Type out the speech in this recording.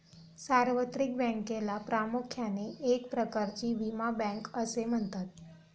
सार्वत्रिक बँकेला प्रामुख्याने एक प्रकारची विमा बँक असे म्हणतात